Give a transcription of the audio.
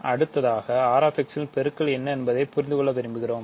அடுத்ததாக R x இல் பெருக்கல் என்ன என்பதை புரிந்து கொள்ள விரும்புகிறோம்